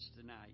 tonight